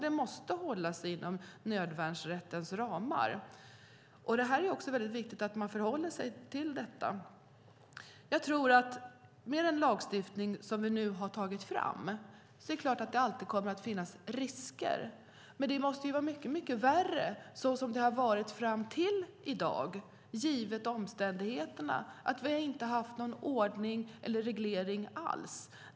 Det måste hålla sig inom nödvärnsrättens ramar. Det är väldigt viktigt att man förhåller sig till detta. Med den lagstiftning som vi nu har tagit fram kommer det alltid att finnas risker. Men det måste vara mycket värre så som det har varit fram till i dag givet omständigheten att vi inte har inte haft någon ordning eller reglering alls.